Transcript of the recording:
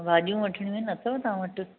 हा भाजि॒यूं वठणियूं आहिनि अथव तव्हां वटि